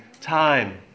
time